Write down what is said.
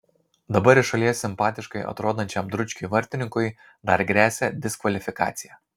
dabar iš šalies simpatiškai atrodančiam dručkiui vartininkui dar gresia diskvalifikacija